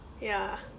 ya